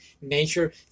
nature